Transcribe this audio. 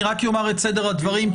אני אומר את סדר הדברים,